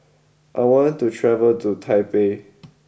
I want to travel to Taipei